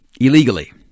illegally